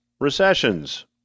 recessions